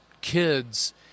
kids